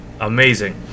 amazing